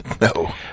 No